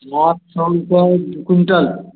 नौ सौ रुपए में क्विंटल